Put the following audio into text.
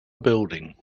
building